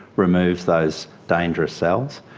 removes those dangerous cells.